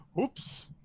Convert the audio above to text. Oops